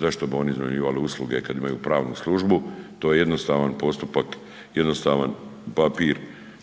zašto bi oni iznajmljivali usluge kad imaju pravnu službu. To je jednostavan postupak, jednostavan papir,